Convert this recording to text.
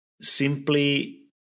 simply